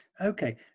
Okay